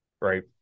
right